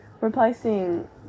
replacing